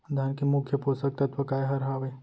धान के मुख्य पोसक तत्व काय हर हावे?